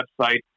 website